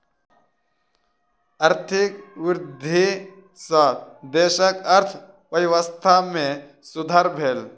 आर्थिक वृद्धि सॅ देशक अर्थव्यवस्था में सुधार भेल